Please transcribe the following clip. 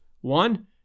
One